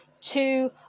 two